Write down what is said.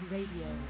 Radio